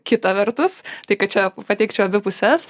kita vertus tai kad čia pateikčiau abi puses